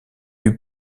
eût